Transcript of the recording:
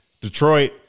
Detroit